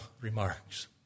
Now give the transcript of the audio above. remarks